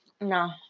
No